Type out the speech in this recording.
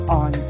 on